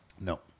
No